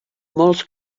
molts